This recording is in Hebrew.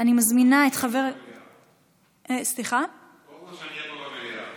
כל זמן שאני אהיה פה במליאה.